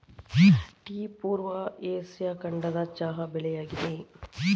tea ಪೂರ್ವ Asia ಖಂಡದ ಚಹಾ ಬೆಳೆಯಾಗಿದೆ